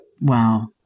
Wow